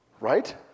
Right